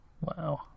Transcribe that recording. Wow